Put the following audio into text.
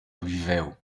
viveu